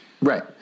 Right